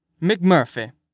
McMurphy